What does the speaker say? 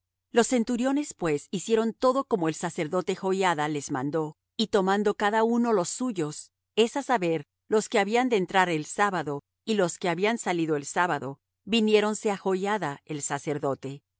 los centuriones pues hicieron todo como el sacerdote joiada les mandó y tomando cada uno los suyos es á saber los que habían de entrar el sábado y los que habían salido el sábado viniéronse á joiada el sacerdote